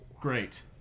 Great